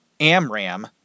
Amram